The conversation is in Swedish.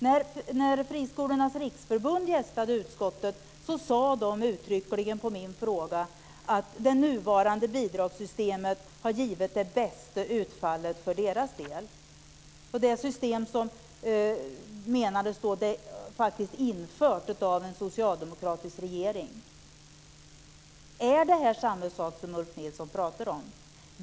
När Friskolornas riksförbund gästade utskottet svarade de uttryckligen på min fråga att det nuvarande bidragssystemet har gett det bästa utfallet för deras del. Det system som åsyftades är faktiskt infört av en socialdemokratisk regering. Är det här samma sak som det Ulf Nilsson pratar om?